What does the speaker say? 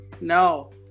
No